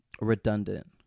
redundant